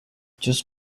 just